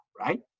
right